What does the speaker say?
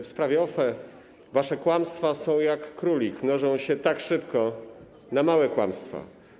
W sprawie OFE wasze kłamstwa są jak królik, mnożą się tak szybko na małe kłamstwa.